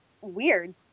weird